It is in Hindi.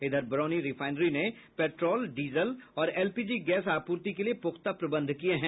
इधर बरौनी रिफाईनरी ने पेट्रोल डीजल और एलपीजी गैस आपूर्ति के लिये पुख्ता प्रबंध किये हैं